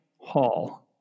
hall